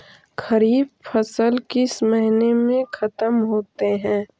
खरिफ फसल किस महीने में ख़त्म होते हैं?